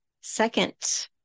second